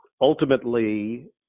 ultimately